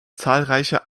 zahlreiche